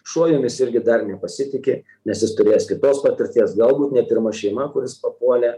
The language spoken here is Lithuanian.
šuo jumis irgi dar nepasitiki nes jis turėjęs kitos patirties galbūt ne pirma šeima kur jis papuolė